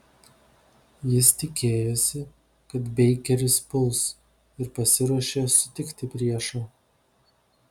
jis tikėjosi kad beikeris puls ir pasiruošė sutikti priešą